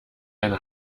eine